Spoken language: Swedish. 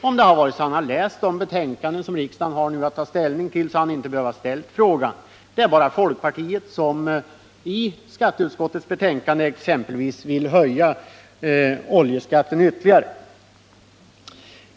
Om han hade läst de betänkanden som riksdagen nu har att ta ställning till, hade han inte behövt ställa den frågan — det är bara folkpartisterna i skatteutskottet som vill höja oljeskatten ytterligare.